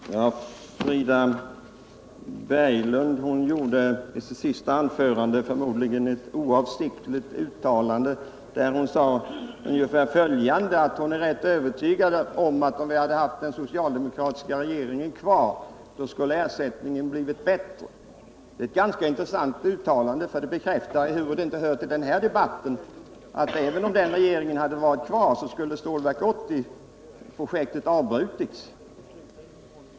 Herr talman! Frida Berglund gjorde i sitt senaste anförande förmodligen ett oavsiktligt uttalande, när hon sade ungefär som så, att hon är rätt övertygad om att om vi hade haft den socialdemokratiska regeringen kvar skulle ersättningen ha blivit bättre. Det är ett ganska intressant uttalande, för det bekräftar, ehuru det inte hör till denna debatt, att även om den socialdemokratiska regeringen hade varit kvar skulle Stålverk 80-projektet ha avbrutits.